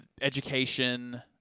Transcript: education